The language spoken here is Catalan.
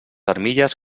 armilles